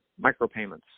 micropayments